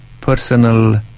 personal